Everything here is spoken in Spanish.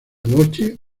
noche